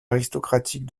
aristocratique